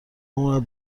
عمرت